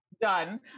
done